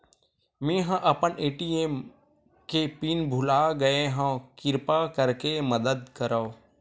मेंहा अपन ए.टी.एम के पिन भुला गए हव, किरपा करके मदद करव